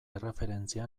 erreferentzia